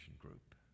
group